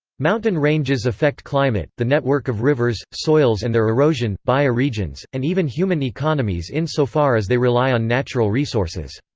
mountain ranges affect climate, the network of rivers, soils and their erosion, bioregions, and even human economies insofar as they rely on natural resources.